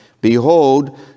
behold